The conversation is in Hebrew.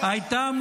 איפה ראש הממשלה?